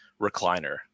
recliner